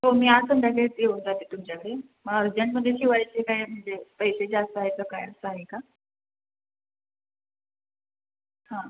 हो मी आज संध्याकाळीच येऊन जाते तुमच्याकडे मला अर्जंटमध्ये शिवायचे काय म्हणजे पैसे जास्त आहेत का काय असं आहे का